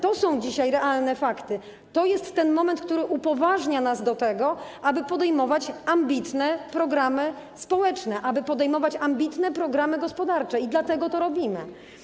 To są dzisiaj realne fakty, to jest ten moment, który upoważnia nas do tego, aby podejmować ambitne programy społeczne, aby podejmować ambitne programy gospodarcze, i dlatego to robimy.